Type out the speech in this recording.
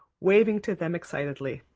waving to them excitedly.